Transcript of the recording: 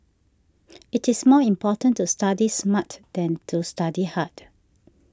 it is more important to study smart than to study hard